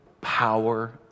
power